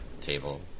table